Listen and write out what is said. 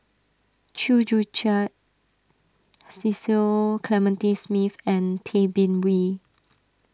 Chew Joo Chiat Cecil Clementi Smith and Tay Bin Wee